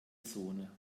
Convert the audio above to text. zone